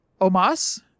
Omas